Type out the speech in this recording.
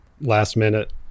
last-minute